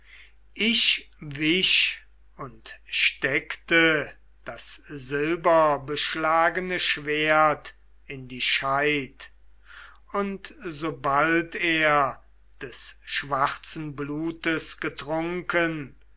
ich wich und steckte das silberbeschlagne schwert in die scheid und sobald er des schwarzen blutes getrunken